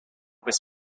this